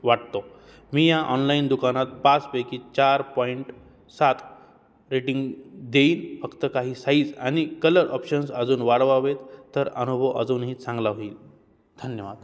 वाटतो मी या ऑनलाईन दुकानात पाचपैकी चार पॉइंट सात रेटिंग देईन फक्त काही साईज आणि कलर ऑप्शन्स अजून वाढवावेत तर अनुभव अजूनही चांगला होईल धन्यवाद